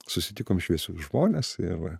susitikom šviesius žmones ir